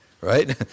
right